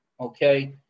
okay